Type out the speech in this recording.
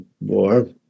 more